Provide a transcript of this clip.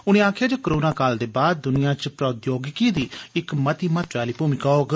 उनें आक्खेआ जे कोरोना काल दे बाद दुनिया च प्रोद्योगिकी दी इक मती महत्वै आली भूमका होग